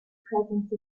presence